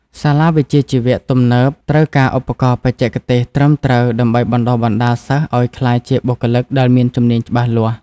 សាលាវិជ្ជាជីវៈទំនើបត្រូវការឧបករណ៍បច្ចេកទេសត្រឹមត្រូវដើម្បីបណ្តុះបណ្តាលសិស្សឱ្យក្លាយជាបុគ្គលិកដែលមានជំនាញច្បាស់លាស់។